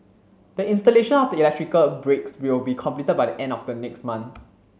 the installation of the electrical breaks will be completed by the end of the next month